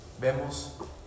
vemos